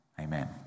Amen